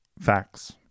Facts